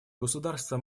государство